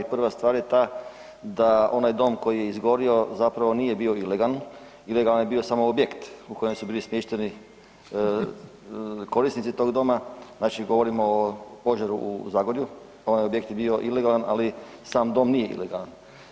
Prva stvar je ta da onaj dom koji je izgorio zapravo nije bio ilegalan, ilegalan je bio samo objekt u kojem su bili smješteni korisnici tog doma, znači govorimo o požaru u Zagorju, onaj objekt je bio ilegalan, ali sam dom nije ilegalan.